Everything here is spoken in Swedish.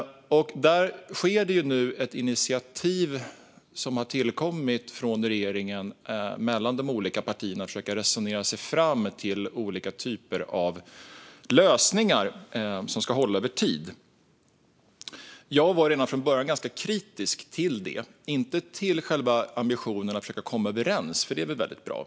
Det pågår nu ett initiativ från regeringens sida för att mellan de olika partierna försöka resonera sig fram till olika typer av lösningar som ska hålla över tid. Jag var redan från början ganska kritisk till detta - inte till ambitionen att försöka komma överens, för det är väldigt bra.